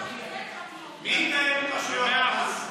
מי יתאם עם רשויות המס?